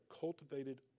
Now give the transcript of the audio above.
cultivated